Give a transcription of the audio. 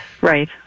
right